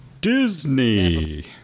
disney